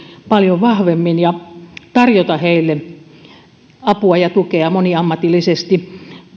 paljon vahvemmin tätä joukkoa ja tarjota heille apua ja tukea moniammatillisesti